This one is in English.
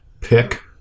pick